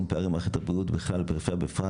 פערים במערכתה בריאות בכלל ובפריפריה בפרט.